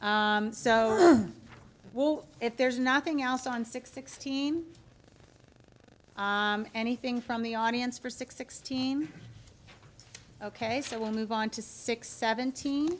all so well if there's nothing else on six sixteen anything from the audience for six sixteen ok so we'll move on to six seventeen